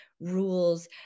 rules